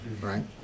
right